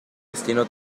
destino